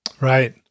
Right